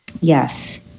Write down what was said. Yes